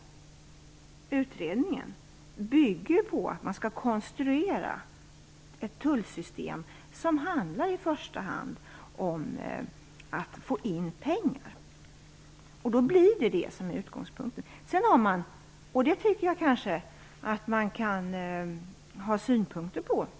Utredningen bygger ju på att man skall konstruera ett tullsystem som i första hand handlar om att få in pengar. Det är utgångspunkten. Om det är bra eller dåligt är något som man kanske kan ha synpunkter på.